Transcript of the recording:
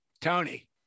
Tony